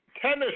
Tennis